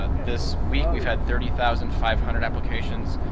ah this week we've had thirty thousand five hundred applications,